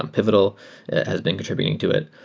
um pivotal has been contr ibuting to it.